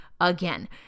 Again